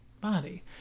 body